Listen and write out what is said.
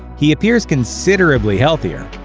he appears considerably healthier,